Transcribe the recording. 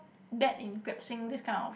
bad in grasping this kind of